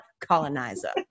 colonizer